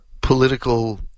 political